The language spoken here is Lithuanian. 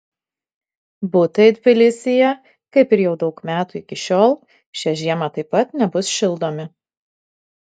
butai tbilisyje kaip ir jau daug metų iki šiol šią žiemą taip pat nebus šildomi